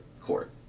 court